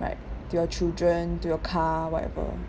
right to your children to your car whatever